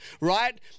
right